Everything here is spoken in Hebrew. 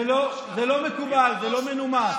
זה לא מקובל, זה לא מנומס.